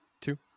Two